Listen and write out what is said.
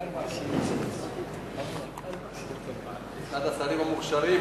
לדעת מה מצב חקירת רצח נהג המונית חמזי חמזי בצפון,